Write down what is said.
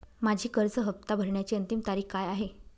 माझी कर्ज हफ्ता भरण्याची अंतिम तारीख काय आहे?